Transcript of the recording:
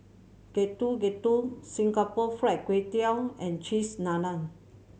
Getuk Getuk Singapore Fried Kway Tiao and Cheese Naan